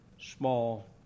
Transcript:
small